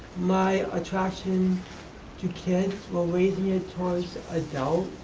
my attraction to kids will raise me ah towards adults,